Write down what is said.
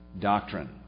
doctrine